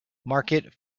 market